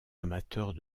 amateurs